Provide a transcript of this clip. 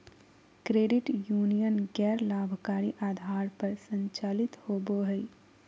credit union गैर लाभकारी आधार पर संचालित होबो हइ